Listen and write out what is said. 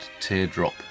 teardrop